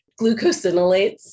glucosinolates